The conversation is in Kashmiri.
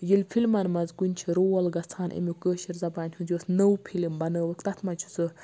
ییٚلہِ فِلمَن مَنٛز کُنہِ چھِ رول گَژھان امیُک کٲشر زَبانہِ ہُنٛد یۄس نٔو فِلم بَنٲوٕکھ تتھ مَنٛز چھُ سُہ